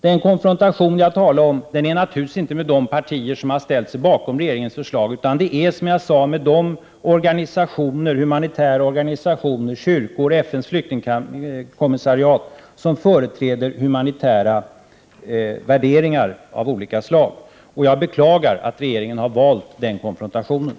Den konfrontation som jag talade om har naturligtvis inte skett med de partier som har ställt sig bakom regeringens förslag. Det gäller som jag sade kyrkor, FN:s flyktingkommissariat och andra organisationer som företräder 67 Prot. 1988/89:125 humanitära värderingar av olika slag. Jag beklagar att regeringen har valt den